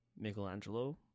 Michelangelo